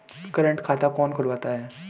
Current खाता कौन खुलवाता है?